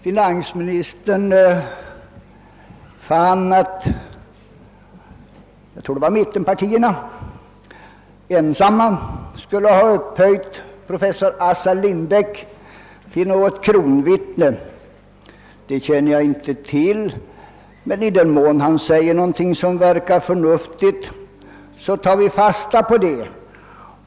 Finansministern ansåg att mittenpartierna ensamma skulle ha upphöjt professor Assar Lindbeck till något slags kronvittne. Det känner jag inte till. Men i den mån professor Lindbeck säger något som verkar förnuftigt tar vi fasta på det.